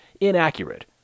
inaccurate